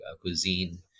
cuisine